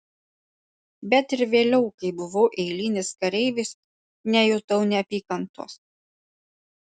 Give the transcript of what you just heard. bet ir vėliau kai buvau eilinis kareivis nejutau neapykantos